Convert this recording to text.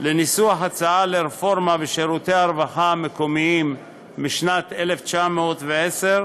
לניסוח הצעה לרפורמה בשירותי הרווחה המקומיים משנת 2010,